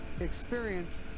experience